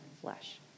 flesh